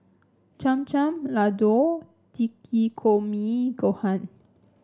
Cham Cham Ladoo Takikomi Gohan